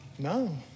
No